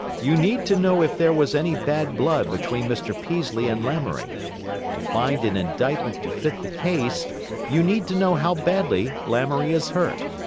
you need to know if there was any bad blood between mr. peaslee and lamoury to find an indictment to fit the case you need to know how badly lamoury is hurt.